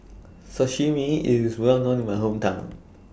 Sashimi IS Well known in My Hometown